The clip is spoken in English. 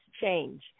change